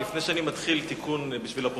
לפני שאני מתחיל, תיקון בשביל הפרוטוקול: